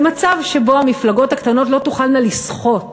שבו המפלגות הקטנות לא תוכלנה לסחוט.